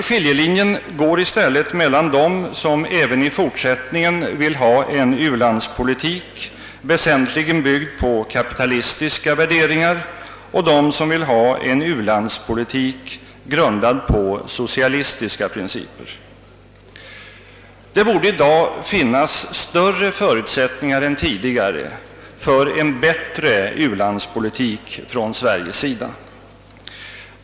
Skiljelinjen går i stället mellan dem som även i fortsättningen vill ha en u-landspolitik, väsentligen byggd på kapitalistiska värderingar, och dem som vill ha en u-landspolitik, grundad på socialistiska principer. Det borde i dag finnas större förutsättningar än tidigare för en bättre ulandspolitik från Sveriges sida.